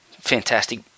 Fantastic